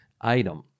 item